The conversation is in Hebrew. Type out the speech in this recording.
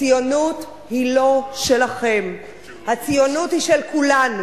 הציונות היא לא שלכם, הציונות היא של כולנו.